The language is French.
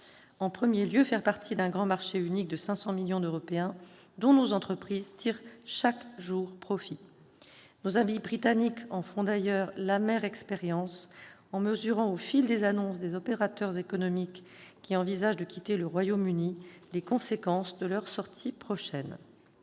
en premier lieu, faire partie d'un grand marché unique de 500 millions d'Européens, dont nos entreprises tirent chaque jour profit. Nos amis britanniques en font d'ailleurs l'amère expérience en mesurant, au fil des annonces des opérateurs économiques qui envisagent de quitter le Royaume-Uni, les conséquences de leur sortie prochaine.